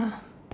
ah